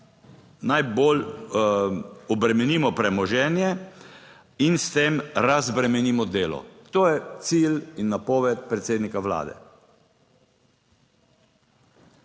najbolj obremenimo premoženje in s tem razbremenimo delo. To je cilj in napoved predsednika Vlade.